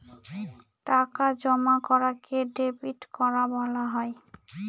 টাকা জমা করাকে ডেবিট করা বলা হয়